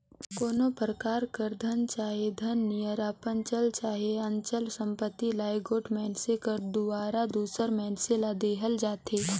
कोनो परकार कर धन चहे धन नियर अपन चल चहे अचल संपत्ति ल एगोट मइनसे कर दुवारा दूसर मइनसे ल देहल जाथे